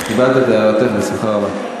קיבלתי את הערתך בשמחה רבה.